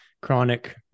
chronic